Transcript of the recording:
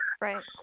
Right